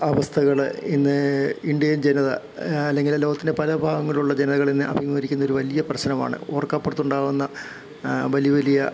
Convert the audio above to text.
അവസ്ഥകൾ ഇന്ന് ഇന്ത്യൻ ജനത അല്ലെങ്കിൽ ലോകത്തിലെ പല ഭാഗങ്ങളിലുള്ള ജനതകൾ ഇന്ന് അഭിമുഖീകരിക്കുന്ന ഒരു വലിയ പ്രശ്നമാണ് ഓർക്കാപ്പുറത്തുണ്ടാവുന്ന വലിയ വലിയ